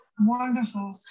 Wonderful